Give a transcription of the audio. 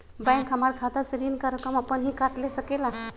Bank हमार खाता से ऋण का रकम अपन हीं काट ले सकेला?